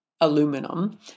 aluminum